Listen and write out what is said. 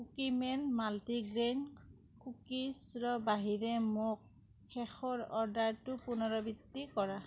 Cookieman multigrain কুকিজৰ বাহিৰে মোক শেষৰ অৰ্ডাৰটোৰ পুনৰাবৃত্তি কৰা